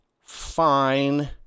fine